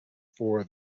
for